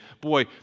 boy